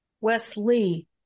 Wesley